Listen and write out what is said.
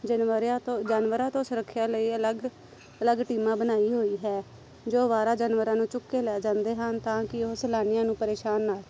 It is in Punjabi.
ਜਨਵਰਿਆਂ ਤੋਂ ਜਾਨਵਰਾਂ ਤੋਂ ਸੁਰੱਖਿਆ ਲਈ ਅਲੱਗ ਅਲੱਗ ਟੀਮਾਂ ਬਣਾਈ ਹੋਈ ਹੈ ਜੋ ਅਵਾਰਾ ਜਾਨਵਰਾਂ ਨੂੰ ਚੁੱਕ ਕੇ ਲੈ ਜਾਂਦੇ ਹਨ ਤਾਂ ਕਿ ਉਹ ਸੈਲਾਨੀਆਂ ਨੂੰ ਪਰੇਸ਼ਾਨ ਨਾ